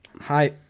Hi